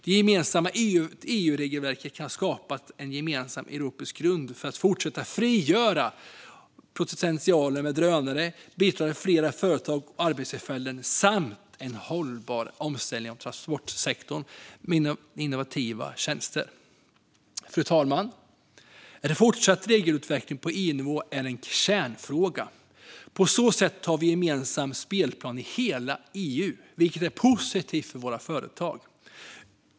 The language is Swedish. Det gemensamma EU-regelverket kan skapa en gemensam europeisk grund för att fortsätta att frigöra potentialen för drönare och bidra till fler företag och arbetstillfällen samt till en hållbar omställning av transportsektorn med innovativa tjänster. Fru talman! Fortsatt regelutveckling på EU-nivå är en kärnfråga. På så sätt har vi en gemensam spelplan i hela EU, vilket är positivt för våra företag.